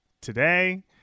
today